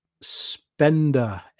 spender